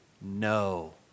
No